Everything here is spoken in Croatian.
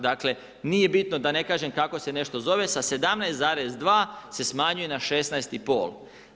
Dakle, nije bitno da ne kažem kako se nešto zove, sa 17,2 se smanjuje na 16,5.